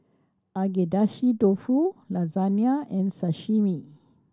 Agedashi Dofu Lasagne and Sashimi